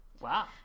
Wow